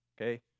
Okay